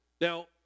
Now